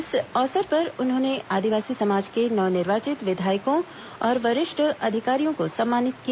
इस अवसर पर उन्होंने आदिवासी समाज के नव निर्वाचित वि धायकों और वरिष्ठ अधिकारियों को सम्मानित किया